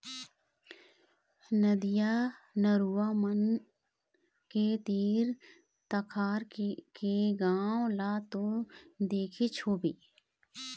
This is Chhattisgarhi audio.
नदिया, नरूवा मन के तीर तखार के गाँव ल तो देखेच होबे